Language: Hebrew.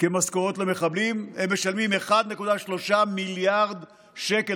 כמשכורות למחבלים, הם משלמים 1.3 מיליארד שקל